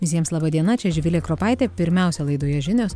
visiems laba diena čia živilė kropaitė pirmiausia laidoje žinios